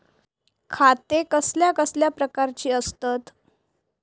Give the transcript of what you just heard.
खाते कसल्या कसल्या प्रकारची असतत?